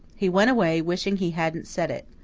he went away, wishing he hadn't said it.